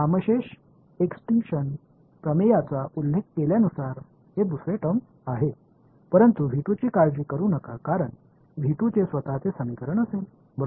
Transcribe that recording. extinction தேற்றத்தை நான் குறிப்பிட்டது போல இது இரண்டாவது செயல்பாடு ஆனால் பற்றி கவலைப்பட வேண்டாம் ஏனெனில் அதன் சொந்த சமன்பாட்டை கொண்டுள்ளது